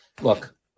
look